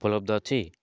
ଉପଲବ୍ଧ ଅଛି